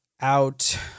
out